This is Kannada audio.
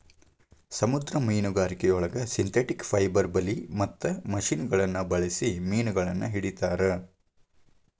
ಸಮುದ್ರ ಮೇನುಗಾರಿಕೆಯೊಳಗ ಸಿಂಥೆಟಿಕ್ ಪೈಬರ್ ಬಲಿ ಮತ್ತ ಮಷಿನಗಳನ್ನ ಬಳ್ಸಿ ಮೇನಗಳನ್ನ ಹಿಡೇತಾರ